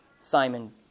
Simon